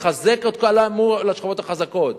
לחזק אותם מול השכבות החזקות